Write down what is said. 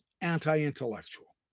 anti-intellectual